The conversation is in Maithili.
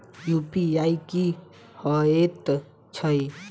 यु.पी.आई की हएत छई?